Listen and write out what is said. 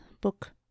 book